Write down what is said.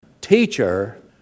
Teacher